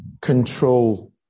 control